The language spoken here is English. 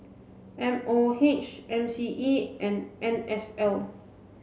M O H M C E and N S L